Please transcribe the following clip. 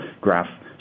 graph